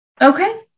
okay